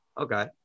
Okay